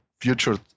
future